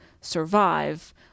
survive